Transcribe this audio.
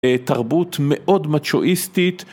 תרבות מאוד מצ'ואיסטית